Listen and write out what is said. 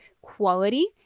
quality